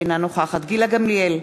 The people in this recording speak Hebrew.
אינה נוכחת גילה גמליאל,